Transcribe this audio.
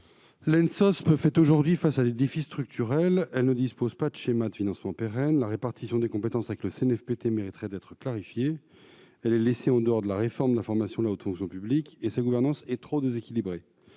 L'Ensosp fait aujourd'hui face à des défis structurels : elle ne dispose pas de schéma de financement pérenne ; la répartition des compétences avec le CNFPT mériterait d'être clarifiée ; elle est laissée en dehors de la réforme de la formation de la haute fonction publique ; enfin, sa gouvernance est trop déséquilibrée.